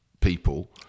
people